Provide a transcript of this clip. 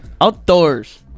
Outdoors